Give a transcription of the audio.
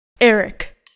Eric